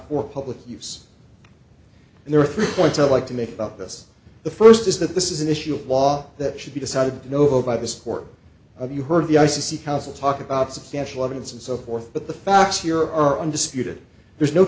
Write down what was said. for public use and there are three points i'd like to make about this the first is that this is an issue of law that should be decided novo by the sport of you heard the i c c counsel talk about substantial evidence and so forth but the facts here are undisputed there's no